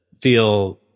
feel